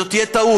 זו תהיה טעות,